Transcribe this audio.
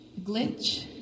glitch